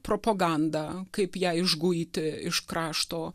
propaganda kaip ją išguiti iš krašto